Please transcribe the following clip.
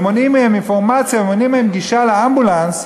ומונעים מהם אינפורמציה ומונעים מהם גישה לאמבולנס,